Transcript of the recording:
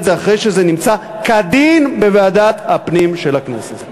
זה אחרי שזה נמצא כדין בוועדת הפנים של הכנסת.